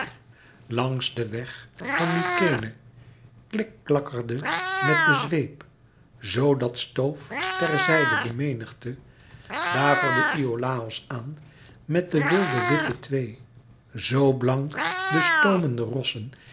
langs den weg van mykenæ klikklakkende met den zweep zoo dat stoof ter zijde de menigte daverde iolàos aan met de wilde witte twee zoo blank de stoomende rossen